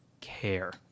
care